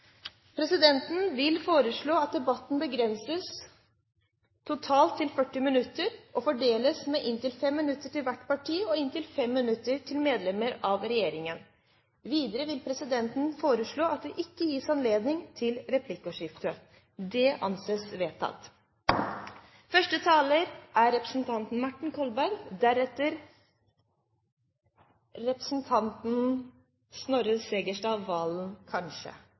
Presidenten vil foreslå at taletiden begrenses til 40 minutter og fordeles med inntil 5 minutter til hvert parti og inntil 5 minutter til medlemmer av regjeringen. Videre vil presidenten foreslå at det ikke gis anledning til replikkordskifte. – Det anses vedtatt. Jeg er